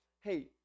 Hey